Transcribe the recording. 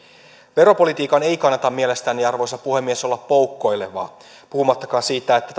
veropolitiikan ei kannata mielestäni arvoisa puhemies olla poukkoilevaa puhumattakaan siitä että